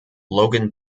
logan